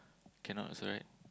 cannot also right